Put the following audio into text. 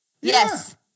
Yes